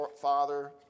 father